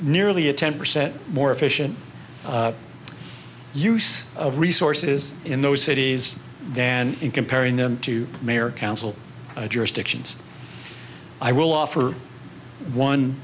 nearly a ten percent more efficient use of resources in those cities and comparing them to mayor council jurisdictions i will offer one